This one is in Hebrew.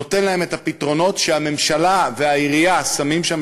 נותן להם את הפתרונות שהממשלה והעירייה שמות שם,